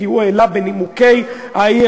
כי הוא העלה בנימוקי האי-אמון,